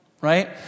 right